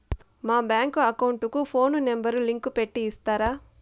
మా bank account కు phone number link పెట్టి ఇస్తారా?